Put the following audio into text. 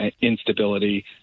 instability